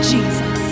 Jesus